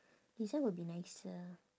design will be nicer